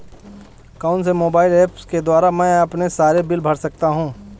कौनसे mobile apps के द्वारा मैं अपने सारे बिल भर सकता हूं?